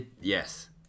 Yes